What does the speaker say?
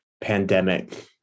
pandemic